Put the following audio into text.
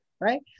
right